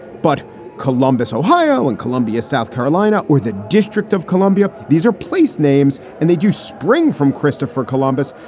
but columbus, ohio, and columbia, south carolina or the district of columbia, these are place names and they do spring from christopher columbus.